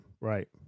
right